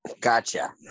gotcha